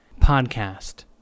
podcast